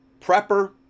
prepper